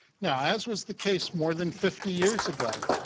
now, as was the case more than fifty years ago,